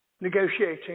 negotiating